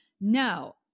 no